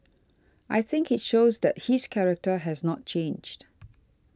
I think it shows that his character has not changed